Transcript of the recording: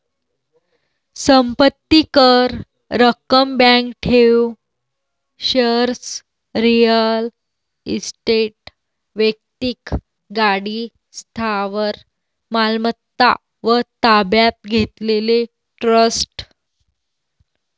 संपत्ती कर, रक्कम, बँक ठेव, शेअर्स, रिअल इस्टेट, वैक्तिक गाडी, स्थावर मालमत्ता व ताब्यात घेतलेले ट्रस्ट